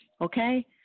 okay